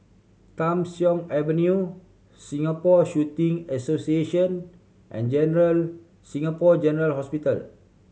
Tham Soong Avenue Singapore Shooting Association and General Singapore General Hospital